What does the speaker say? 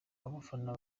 abafana